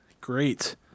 Great